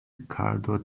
riccardo